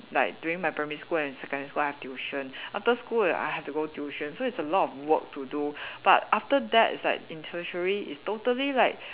like during my primary school and secondary school I have tuition after school I have to go tuition so it's a lot of work to do but after that it's like in tertiary it's totally like